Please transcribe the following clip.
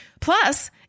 Plus